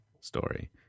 story